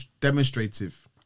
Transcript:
demonstrative